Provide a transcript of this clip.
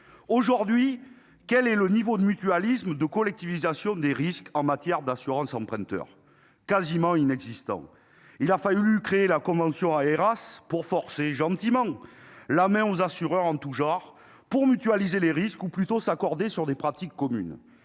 Aujourd'hui, quel est le niveau de mutualisme et de collectivisation des risques en matière d'assurance emprunteur ? Il est quasiment inexistant. Il a fallu créer une convention Aeras pour forcer gentiment la main aux assureurs en tout genre, afin qu'ils mutualisent les risques ou plutôt qu'ils s'accordent sur des pratiques communes.